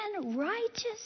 righteous